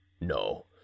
No